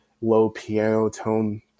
low-piano-tone